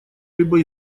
либо